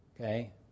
okay